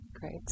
great